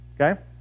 Okay